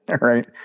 Right